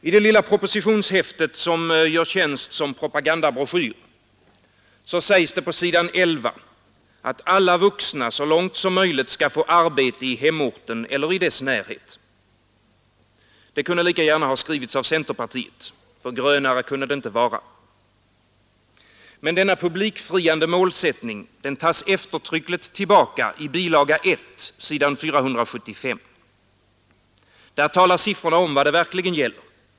I det lilla propositionshäftet, som gör tjänst som propagandabroschyr, sägs det på sidan 11 att alla vuxna så långt möjligt skall få arbete i hemorten eller i dess närhet. Det kunde lika gärna ha skrivits av centerpartiet, för grönare kunde det inte vara. Men denna publikfriande målsättning tas eftertryckligt tillbaka i bilaga 1, sidan 475. Där talar siffrorna om vad det verkligen gäller.